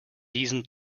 diesen